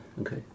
Okay